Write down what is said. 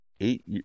eight